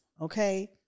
Okay